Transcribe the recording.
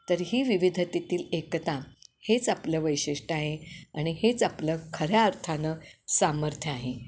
तर ही विविधतेतील एकता हेच आपलं वैशिष्ट आहे आणि हेच आपलं खऱ्या अर्थानं सामर्थ्य आहे